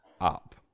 up